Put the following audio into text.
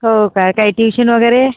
हो काय काही ट्युशन वगैरे